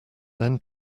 then